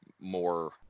more